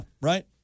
right